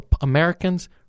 Americans